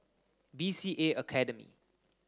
B C A Academy